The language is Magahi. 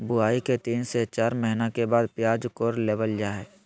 बुआई के तीन से चार महीना के बाद प्याज कोड़ लेबल जा हय